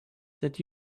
that